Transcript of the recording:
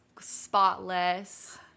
spotless